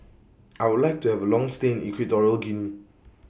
I Would like to Have A Long stay in Equatorial Guinea